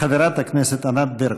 חברת הכנסת ענת ברקו.